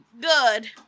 good